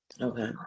Okay